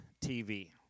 TV